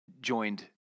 joined